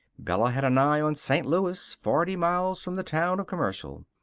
bella had an eye on st. louis, forty miles from the town of commercial.